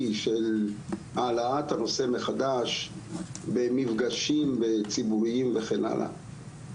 של העלאת הנושא מחדש במפגשים ציבוריים וכן הלאה,